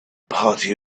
party